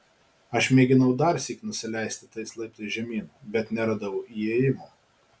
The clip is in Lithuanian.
aš mėginau darsyk nusileisti tais laiptais žemyn bet neradau įėjimo